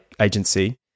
agency